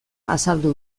azaldu